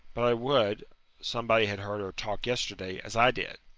but i would somebody had heard her talk yesterday, as i did.